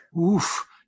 oof